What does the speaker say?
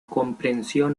comprensión